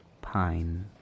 pine